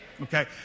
Okay